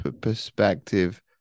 perspective